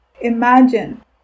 imagine